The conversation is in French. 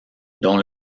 dont